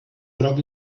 groc